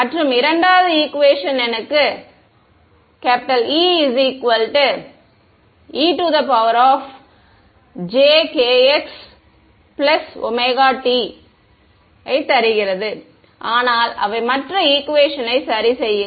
மற்றும் இரண்டாவது ஈக்குவேஷன் எனக்கு Eejkxt தருகிறது ஆனால் அவை மற்ற ஈக்குவேஷனை சரி செய்யுங்கள்